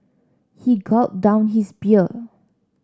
he gulped down his beer